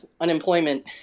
unemployment